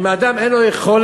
אם האדם אין לו יכולת,